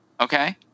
Okay